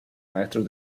maestros